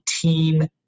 team